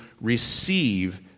receive